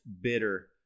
bitter